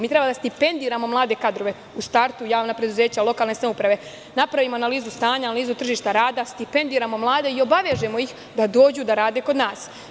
Mi treba da stipendiramo mlade kadrove, u startu javna preduzeća, lokalne samouprave, da napravimo analizu stanja, analizu tržišta rada, stipendiramo mlade i obavežemo ih da dođu da rade kod nas.